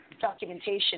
documentation